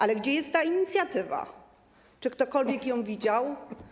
Ale gdzie jest ta inicjatywa, czy ktokolwiek ją widział?